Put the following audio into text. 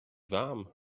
warm